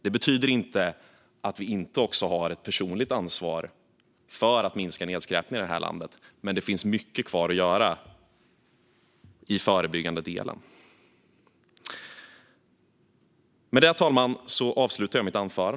Det betyder inte att vi inte också har ett personligt ansvar för att minska nedskräpningen i det här landet. Men det finns mycket kvar att göra i den förebyggande delen.